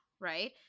right